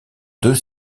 deux